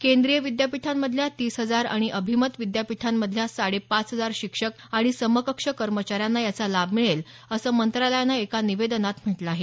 केंद्रीय विद्यापीठांमधल्या तीस हजार आणि अभिमत विद्यापीठांमधल्या साडे पाच हजार शिक्षक आणि समकक्ष कर्मचाऱ्यांना याचा लाभ मिळेल असं मंत्रालयानं एका निवेदनात म्हटलं आहे